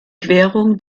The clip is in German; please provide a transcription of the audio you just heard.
querung